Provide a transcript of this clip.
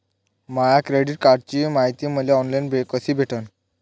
माया credit कार्डची मायती मले ऑनलाईन कसी भेटन?